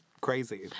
crazy